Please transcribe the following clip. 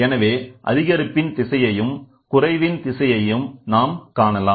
எனவே அதிகரிப்பின் திசையையும் குறைவின் திசையையும் நாம் காணலாம்